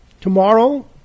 tomorrow